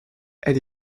elle